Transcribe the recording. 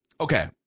Okay